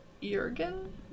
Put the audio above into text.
Jurgen